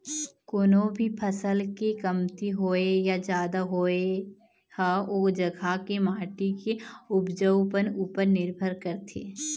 कोनो भी फसल के कमती होवई या जादा होवई ह ओ जघा के माटी के उपजउपन उपर निरभर करथे